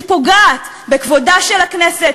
שפוגעת בכבודה של הכנסת,